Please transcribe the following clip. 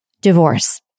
divorce